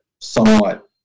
somewhat